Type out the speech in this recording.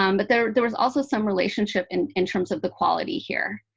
um but there there was also some relationship in in terms of the quality here.